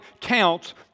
counts